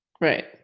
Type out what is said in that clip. Right